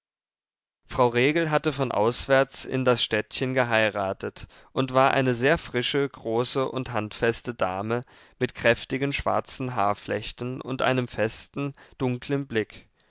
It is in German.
frau regel hatte von auswärts in das städtchen geheiratet und war eine sehr frische große und handfeste dame mit kräftigen schwarzen haarflechten und einem festen dunklen blick